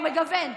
הוא מגוון,